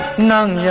none yeah